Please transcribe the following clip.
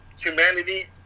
humanity